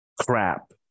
crap